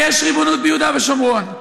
יש ריבונות ביהודה ושומרון.